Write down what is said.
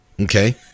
Okay